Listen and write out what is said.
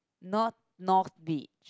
north north-beach